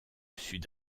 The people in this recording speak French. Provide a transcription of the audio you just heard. sud